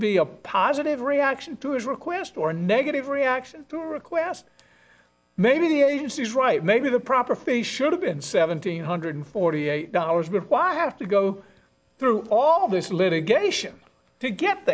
it be a positive reaction to his request or a negative reaction to requests maybe the agency is right maybe the proper fee should have been seventeen hundred forty eight dollars but why i have to go through all this litigation to get